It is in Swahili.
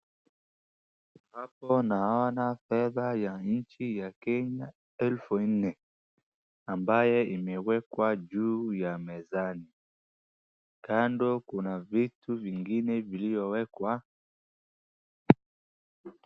Hapo naona pesa ya nchi ya Kenya elfu nne. Ambaye imewekwa juu ya mezani, kando kuna vitu vingine viliowekwa.